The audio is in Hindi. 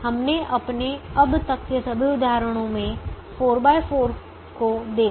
हमने अपने अब तक के सभी उदाहरणों में 4 x 4 को देखा